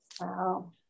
Wow